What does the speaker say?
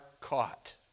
caught